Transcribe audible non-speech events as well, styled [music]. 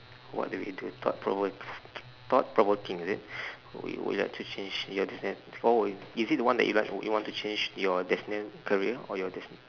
what do you do thought prov~ [noise] thought provoking is it [breath] would you like to change your destin~ oh is it the one that you write w~ would you want to change your destined career or your desti~